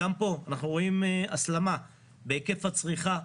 גם פה אנחנו רואים הסלמה בהיקף הצריכה,